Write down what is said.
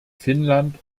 finnland